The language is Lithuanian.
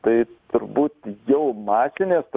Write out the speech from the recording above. tai turbūt jau masinės